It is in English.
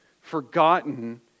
forgotten